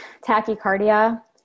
tachycardia